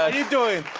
ah you doing?